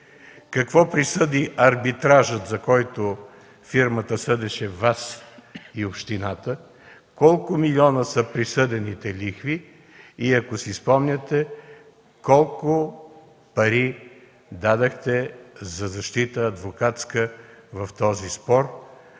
Какво присъди арбитражът, за който фирмата съдеше Вас и общината? Колко милиона са присъдените лихви? И ако си спомняте, колко пари дадохте за адвокатска защита в този спор?